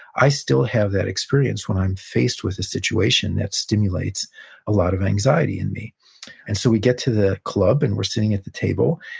i still have that experience when i'm faced with a situation that stimulates a lot of anxiety in me and so, we get to the club, and we're sitting at the table.